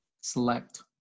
select